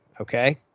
Okay